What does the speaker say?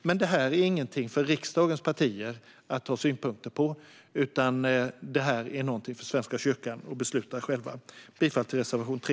Det här är alltså ingenting för riksdagens partier att ha synpunkter på, utan det är någonting för Svenska kyrkan att besluta om själv. Jag yrkar bifall till reservation 3.